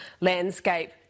landscape